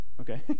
Okay